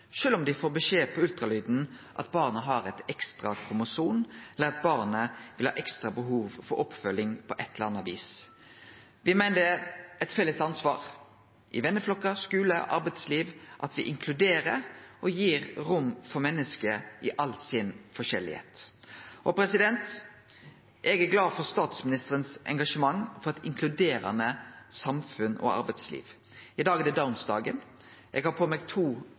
om dei får beskjed på ultralyden om at barnet har eit ekstra kromosom, eller at barnet vil ha ekstra behov for oppfølging på eit eller anna vis. Me meiner det er eit felles ansvar – i venneflokkar, skule, arbeidsliv – at me inkluderer og gir rom for menneske i all sin ulikskap. Eg er glad for statsministerens engasjement for eit inkluderande samfunn og arbeidsliv. I dag er det Downs-dagen. Eg har på meg to